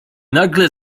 nagle